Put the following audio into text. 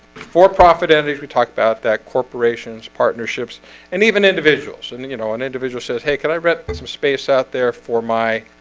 for-profit entities we talked about that corporations partnerships and even individuals and you know, an individual says hey can i rent with some space out there for my?